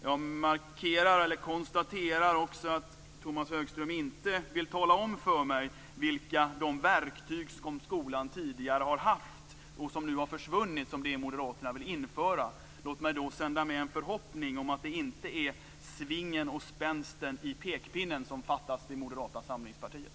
Jag konstaterar att Tomas Högström inte vill tala om för mig vilka verktyg skolan tidigare har haft, som har försvunnit, och som moderaterna vill införa. Låt mig sända med en förhoppning om att det inte är svingen och spänsten i pekpinnen som fattas för Moderata samlingspartiet.